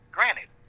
Granted